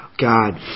God